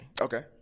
Okay